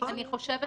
אני חושבת